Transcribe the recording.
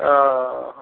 ओ